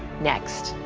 next.